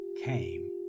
came